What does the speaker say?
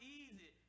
easy